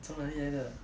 从哪里来的